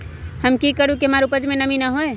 हम की करू की हमार उपज में नमी होए?